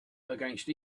against